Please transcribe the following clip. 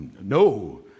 no